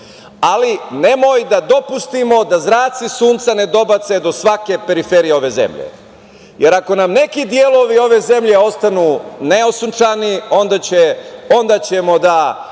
ali nemoj da dopustimo da zraci sunca ne dobace do svake periferije ove zemlje, jer ako nam neki delovi ove zemlje ostanu neosunčani, onda će oni da